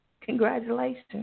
congratulations